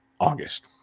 August